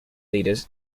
leaders